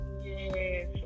Yes